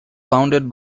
founded